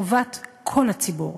טובת כל הציבור,